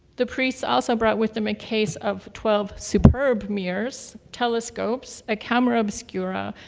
the priests also brought with them a case of twelve superb mirrors, telescopes, a camera oscura,